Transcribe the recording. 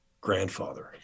grandfather